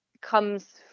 comes